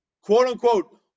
quote-unquote